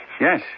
yes